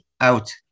out